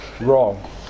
Wrong